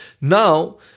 Now